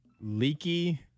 leaky